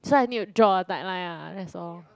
so I need to draw a tightline ah that's all